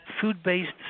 food-based